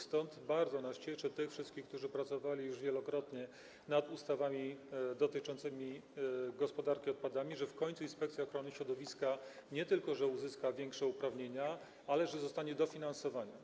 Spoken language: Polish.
Stąd bardzo cieszy nas, tych wszystkich, którzy pracowali już wielokrotnie nad ustawami dotyczącymi gospodarki odpadami, że w końcu Inspekcja Ochrony Środowiska nie tylko uzyska większe uprawnienia, ale też że zostanie dofinansowana.